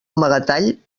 amagatall